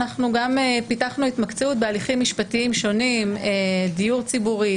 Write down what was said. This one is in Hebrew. פיתחנו התמקצעות בהליכים משפטיים שונים: דיור ציבורי,